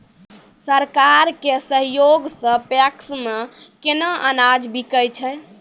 सरकार के सहयोग सऽ पैक्स मे केना अनाज बिकै छै?